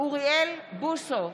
אוריאל בוסו,